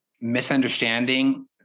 misunderstanding